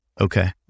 Okay